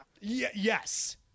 Yes